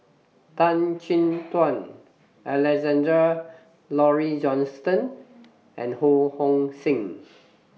Tan Chin Tuan Alexander Laurie Johnston and Ho Hong Sing